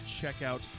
checkout